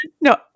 No